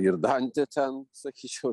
ir dantė ten sakyčiau